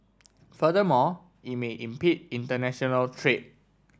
furthermore it may impede international trade